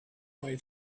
way